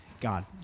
God